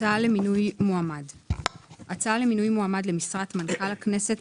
"הצעה למינוי מועמד 1. הצעה למינוי מועמד למשרת מנכ"ל הכנסת,